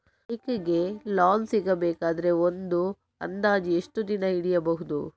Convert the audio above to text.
Bike ಗೆ loan ಸಿಗಬೇಕಾದರೆ ಒಂದು ಅಂದಾಜು ಎಷ್ಟು ದಿನ ಹಿಡಿಯಬಹುದು?